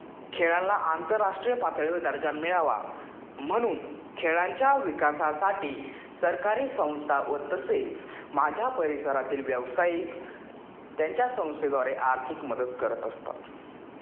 खेळाला आंतरराष्ट्रीय पातळीवर दर्जा मिळावा म्हणून खेळांच्या विकासासाठी सरकारी संस्था व तसेच माझ्या परिसरातील व्यावसायिक त्यांच्या संस्थेद्वारे आर्थिक मदत करत असतात